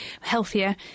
healthier